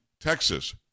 Texas